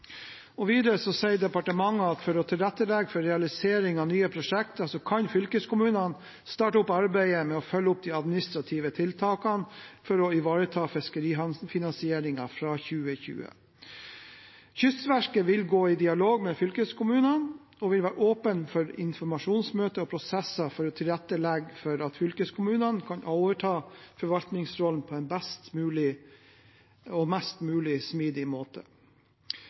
opp. Videre sier departementet at for å tilrettelegge for realisering av nye prosjekter kan fylkeskommunene starte opp arbeidet med å følge opp de administrative tiltakene for å ivareta fiskerihavnfinansieringen fra 2020. Kystverket vil i gå i dialog med fylkeskommunene, og vil være åpen for informasjonsmøter og prosesser for å tilrettelegge for at fylkeskommunene kan overta forvaltningsrollen på en best mulig og mest mulig smidig måte.